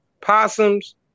possums